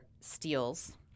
steals